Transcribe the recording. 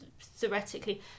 theoretically